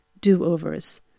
do-overs